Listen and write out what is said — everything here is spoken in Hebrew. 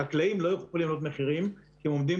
חקלאים לא יכולים להעלות מחיר כי הם עובדים